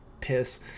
piss